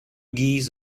geese